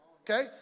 Okay